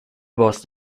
was